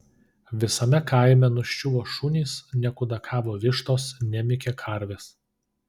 visame kaime nuščiuvo šunys nekudakavo vištos nemykė karvės